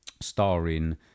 starring